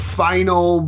final